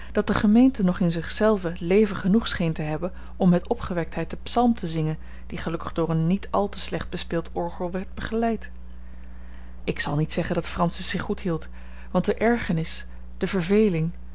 dat de gemeente nog in zich zelve leven genoeg scheen te hebben om met opgewektheid den psalm te zingen die gelukkig door een niet al te slecht bespeeld orgel werd begeleid ik zal niet zeggen dat francis zich goed hield want de ergernis de verveling